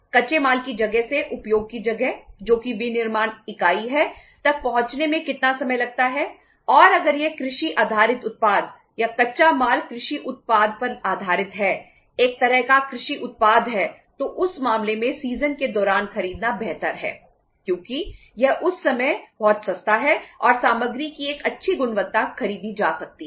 कच्चे माल की जगह से उपयोग की जगह जो कि विनिर्माण इकाई है तक पहुंचने में कितना समय लगता है और अगर यह कृषि आधारित उत्पाद या कच्चा माल कृषि उत्पाद पर आधारित है एक तरह का कृषि उत्पाद है तो उस मामले में सीज़न के दौरान खरीदना बेहतर है क्योंकि यह उस समय बहुत सस्ता है और सामग्री की एक अच्छी गुणवत्ता खरीदी जा सकती है